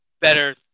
better